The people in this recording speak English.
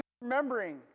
remembering